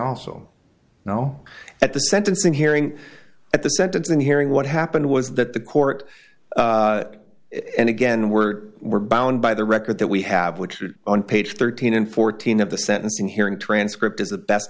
also now at the sentencing hearing at the sentencing hearing what happened was that the court and again we're we're bound by the record that we have which on page thirteen and fourteen of the sentencing hearing transcript is the best